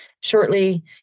shortly